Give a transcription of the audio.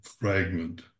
fragment